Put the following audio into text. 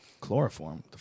Chloroform